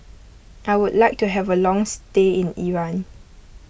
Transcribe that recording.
I would like to have a long stay in Iran